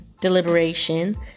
deliberation